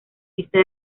lista